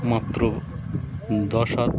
মাত্র দশ হাত